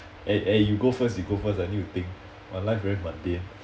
eh eh you go first you go first I need to think my life very mundane